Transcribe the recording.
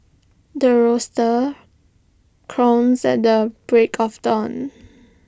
the rooster crowns at the break of dawn